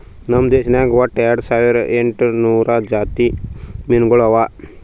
ನಮ್ ದೇಶದಾಗ್ ಒಟ್ಟ ಎರಡು ಸಾವಿರ ಎಂಟು ನೂರು ಜಾತಿ ಮೀನುಗೊಳ್ ಅವಾ